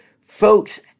Folks